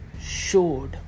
showed